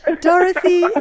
Dorothy